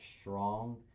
strong